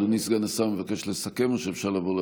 אדוני סגן השר מבקש לסכם או שאפשר לעבור להצבעה?